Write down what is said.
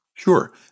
Sure